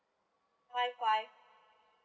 five five